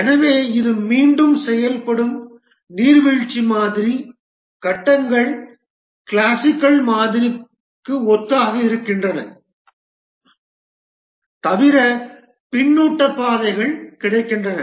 எனவே இது மீண்டும் செயல்படும் நீர்வீழ்ச்சி மாதிரி கட்டங்கள் கிளாசிக்கல் மாதிரிக்கு ஒத்ததாக இருக்கின்றன தவிர பின்னூட்ட பாதைகள் கிடைக்கின்றன